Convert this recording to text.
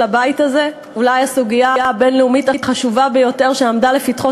זו אולי הסוגיה הבין-לאומית החשובה ביותר שעמדה לפתחו